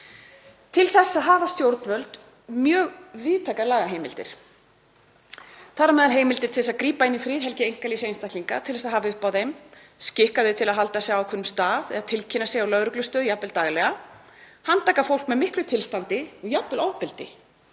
Til þess hafa stjórnvöld mjög víðtækar lagaheimildir, þar á meðal heimildir til að grípa inn í friðhelgi einkalífs einstaklinga til að hafa uppi á þeim, skikka þá til að halda sig á ákveðnum stað eða tilkynna sig á lögreglustöð, jafnvel daglega, handtaka fólk með miklu tilstandi, jafnvel ofbeldi,